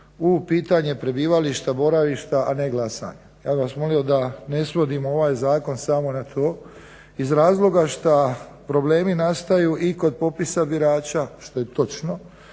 u pitanje prebivališta, boravišta, a ne glasanja. Ja bih vas molio da ne svodimo ovaj zakon samo na to iz razloga šta problemi nastaju i kod popisa birača što je točno,